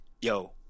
yo